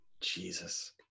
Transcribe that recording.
Jesus